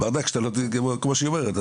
כמו שהיא אומרת,